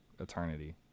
eternity